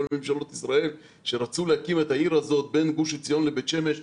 ממשלות ישראל רצו להקים את העיר הזאת בין גוש עציון לבית שמש,